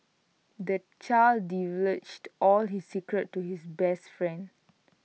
the child divulged all his secrets to his best friend